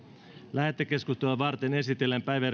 lähetekeskustelua varten esitellään